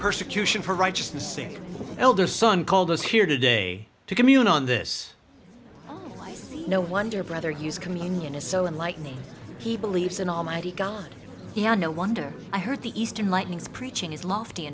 persecution for righteousness sake elder son called us here today to commune on this life no wonder brother use communion is so unlike me he believes in almighty god we are no wonder i heard the eastern lightnings preaching is lofty